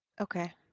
Okay